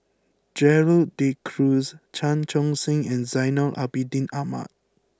Gerald De Cruz Chan Chun Sing and Zainal Abidin Ahmad